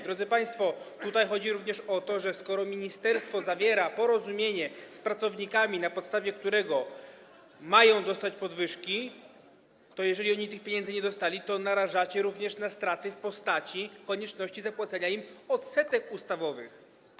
Drodzy państwo, tutaj chodzi również o to, że skoro ministerstwo zawiera porozumienie z pracownikami, na podstawie którego mają oni dostać podwyżki, to jeżeli oni tych pieniędzy nie dostali, to narażacie państwo na straty również w postaci konieczności zapłacenia im odsetek ustawowych.